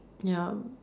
ya